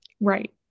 right